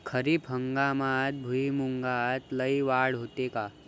खरीप हंगामात भुईमूगात लई वाढ होते का?